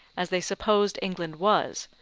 as they supposed england was,